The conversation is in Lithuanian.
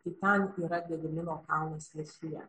kitam yra gedimino kalnas viršuje